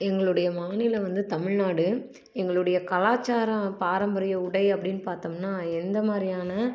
எங்களுடைய மாநிலம் வந்து தமிழ்நாடு எங்களுடைய கலாச்சாரம் பாரம்பரிய உடை அப்படின்னு பார்த்தம்னா எந்த மாதிரியான